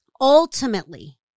Ultimately